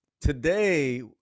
Today